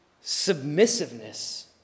Submissiveness